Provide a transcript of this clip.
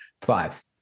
five